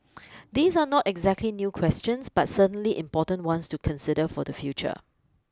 these are not exactly new questions but certainly important ones to consider for the future